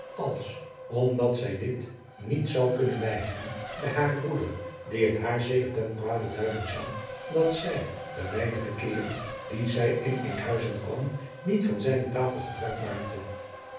als omdat zij dit niet zou kunnen weigeren bij haren broeder die het haar zeker ten kwade duiden zou dat zij de weinige keeren die zij in enkhuizen kwam niet van zijne tafel gebruik maakte